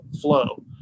flow